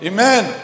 Amen